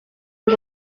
ngo